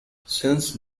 since